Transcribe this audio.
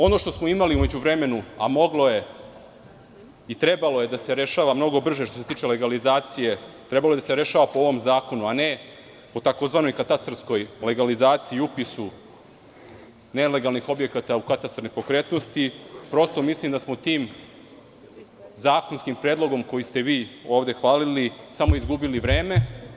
Ono što smo u međuvremenu imali, a moglo je i trebalo je da se rešava mnogo brže što se tiče legalizacije, trebalo je da se rešava po ovom zakonu, a ne po tzv. katastarskoj legalizaciji i upisu nelegalnih objekata u katastar nepokretnosti, prosto mislim da smo tim zakonskim predlogom koji ste vi ovde hvalili, samo izgubili vreme.